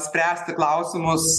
spręsti klausimus